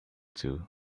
too